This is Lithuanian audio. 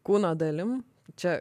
kūno dalim čia